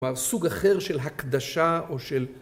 כלומר, סוג אחר של הקדשה או של